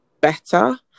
better